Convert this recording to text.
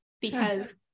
because-